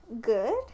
Good